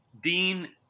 dean